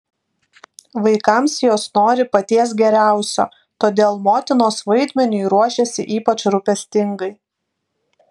vaikams jos nori paties geriausio todėl motinos vaidmeniui ruošiasi ypač rūpestingai